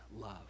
love